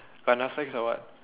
about Netflix or what